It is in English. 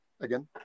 again